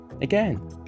again